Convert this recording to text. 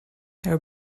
her